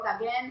Again